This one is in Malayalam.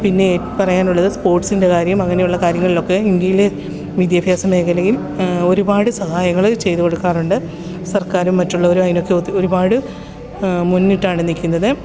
പിന്നെ എനിക്ക് പറയാനുള്ളത് സ്പോർട്സിൻ്റെ കാര്യം അങ്ങനെയുള്ള കാര്യങ്ങളിലൊക്കെ ഇന്ത്യയിലെ വിദ്യാഭ്യാസ മേഖലയും ഒരുപാട് സഹായങ്ങൾ ചെയ്തു കൊടുക്കാറുണ്ട് സർക്കാരും മറ്റുള്ളവരും അതിനൊക്കെ ഒരുപാട് മുന്നിട്ടാണ് നിൽക്കുന്നത്